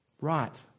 right